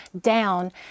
down